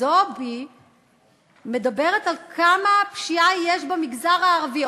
זועבי מדברת על כמה פשיעה יש במגזר הערבי.